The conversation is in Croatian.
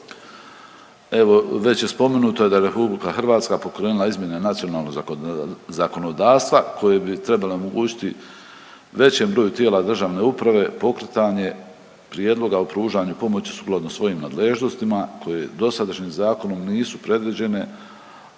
BiH.Evo već je spomenuto da je Republika Hrvatska pokrenula izmjene nacionalnog zakonodavstva koje bi trebale omogućiti većem broju tijela državne uprave pokretanje prijedloga o pružanju pomoći sukladno svojim nadležnosti koje dosadašnjim zakonom nisu predviđene,